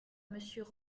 monsieur